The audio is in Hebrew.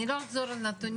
אני לא אחזור על הנתונים.